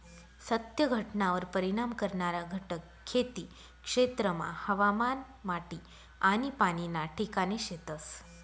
सत्य घटनावर परिणाम करणारा घटक खेती क्षेत्रमा हवामान, माटी आनी पाणी ना ठिकाणे शेतस